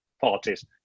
parties